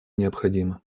необходима